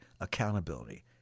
accountability